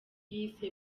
yise